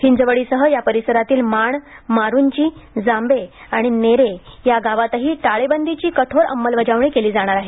हिंजवडीसह या परिसरातील माण मारुंजी जांबे आणि नेरे या गावांतही टाळेबंदीची कठोर अंमलबजावणी केली जाणार आहे